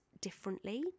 differently